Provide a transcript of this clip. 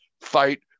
fight